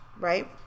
right